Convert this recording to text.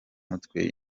mutwe